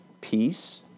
peace